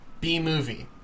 B-movie